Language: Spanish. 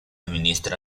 ministra